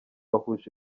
bahuje